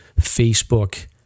Facebook